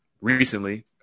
recently